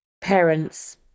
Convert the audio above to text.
parents